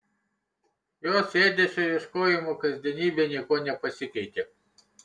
jos ėdesio ieškojimo kasdienybė niekuo nepasikeitė